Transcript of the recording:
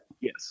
Yes